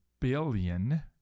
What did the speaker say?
billion